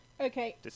Okay